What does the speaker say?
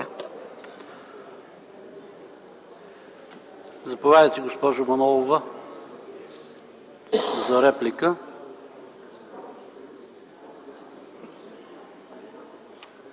Заповядайте, госпожо Манолова, за реплика.